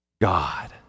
God